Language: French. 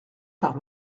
par